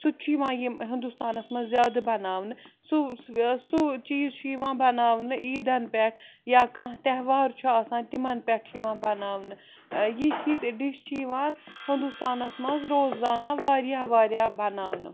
سُہ تہِ چھُ یِوان یِم ہِندُستانَس منٛز زیادٕ بَناونہٕ سُہ سُہ چیٖز چھُ یِوان بَناونہٕ عیٖدَن پٮ۪ٹھ یا کانٛہہ تہوار چھُ آسان تِمَن پٮ۪ٹھ چھُ یِوان بَناونہٕ یِتھۍ یِتھۍ ڈِش چھِ یِوان ہِندُستانَس منٛز روزان واریاہ واریاہ بَناونہٕ